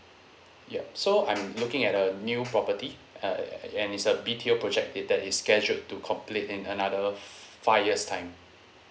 yup so I'm looking at a new property uh and it's a B_T_O project dated is scheduled to complete in another f~ five years time